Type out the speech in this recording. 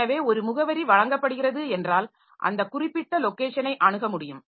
எனவே ஒரு முகவரி வழங்கப்படுகிறது என்றால் அந்த குறிப்பிட்ட லாெக்கேஷனை அணுக முடியும்